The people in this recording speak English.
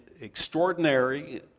extraordinary